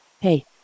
hey